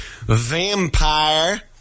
Vampire